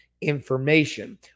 information